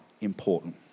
important